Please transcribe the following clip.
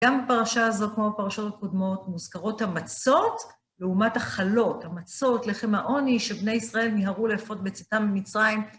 גם בפרשה הזאת, כמו בפרשות הקודמות, מוזכרות המצות לעומת החלות. המצות, לחם העוני, שבני ישראל מיהרו לאפות בצאתם ממצרים.